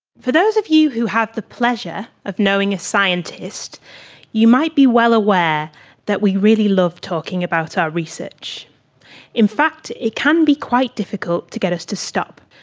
for those of you you have the pleasure of knowing a scientist you might be well aware that we really love talking about our research in fact it can be quite difficult to get us to stop.